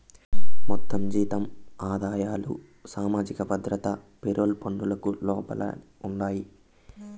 మొత్తం జీతం ఆదాయాలు సామాజిక భద్రత పెరోల్ పనులకు లోపలే ఉండాయి